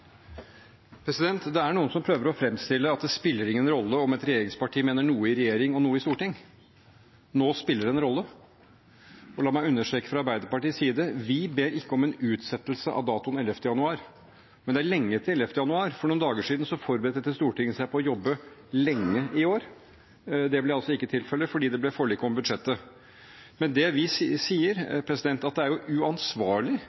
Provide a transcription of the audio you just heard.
Det er noen som prøver å fremstille det som at det ikke spiller noen rolle om et regjeringsparti mener noe i regjering og noe annet i Stortinget. Nå spiller det en rolle. Og la meg understreke fra Arbeiderpartiets side: Vi ber ikke om en utsettelse av datoen 11. januar. Men det er lenge til 11. januar. For noen dager siden forberedte Stortinget seg på å jobbe lenge i år. Det ble altså ikke tilfellet, for det ble forlik om budsjettet. Det vi sier,